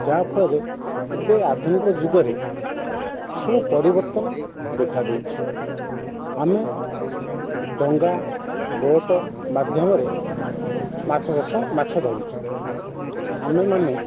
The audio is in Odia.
ଯାହାଫଳରେ ଏବେ ଆଧୁନିକ ଯୁଗରେ ସବୁ ପରିବର୍ତ୍ତନ ଦେଖା ଦେଇଛି ଆମେ ଡଙ୍ଗା ବୋଟ୍ ମାଧ୍ୟମରେ ମାଛ ଚାଷ ମାଛ ଧରୁଛୁ ଆମେମାନେ